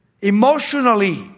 emotionally